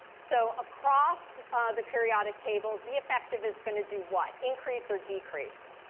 so across the periodic table, z effective is going to do what? increase or decrease?